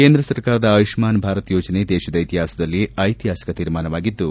ಕೇಂದ್ರ ಸರ್ಕಾರದ ಆಯುಷ್ಠಾನ್ ಭಾರತ್ ಯೋಜನೆ ದೇಶದ ಇತಿಹಾಸದಲ್ಲಿ ಐತಿಹಾಸಿಕ ತೀರ್ಮಾನವಾಗಿದ್ದು